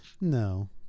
No